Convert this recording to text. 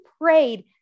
prayed